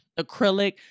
acrylic